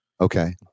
Okay